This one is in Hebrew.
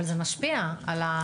אבל זה משפיע על הזמנים.